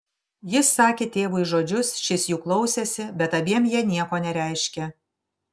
jis sakė tėvui žodžius šis jų klausėsi bet abiem jie nieko nereiškė